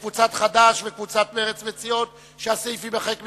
קבוצת חד"ש וקבוצת מרצ מציעות שהסעיף יימחק.